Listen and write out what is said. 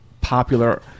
popular